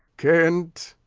kent,